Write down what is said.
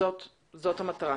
זאת המטרה.